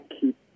keep